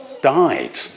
died